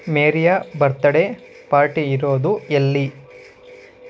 ಮೇರಿಯ birthday party ಇರೋದು ಎಲ್ಲಿ